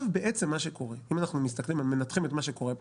בעצם מה שקורה אם אנחנו מסתכלים ומנתחים את מה שקורה פה,